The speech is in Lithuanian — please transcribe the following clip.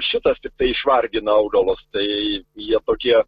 šitas tiktai išvargina augalus tai jie tokie